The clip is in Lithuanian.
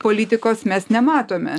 politikos mes nematome